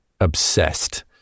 obsessed